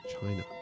China